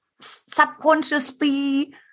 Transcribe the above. subconsciously